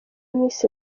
miss